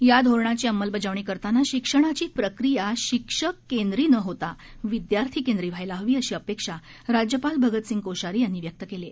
या धोरणाची अंमलबजावणी करताना शिक्षणाची प्रक्रिया शिक्षक केंद्री न होता विद्यार्थी केंद्री व्हायला हवी अशी अपेक्षा राज्यपाल भगतसिंह कोश्यारी यांनी व्यक्त केली आहे